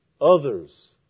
others